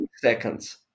seconds